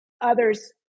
others